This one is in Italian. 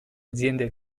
aziende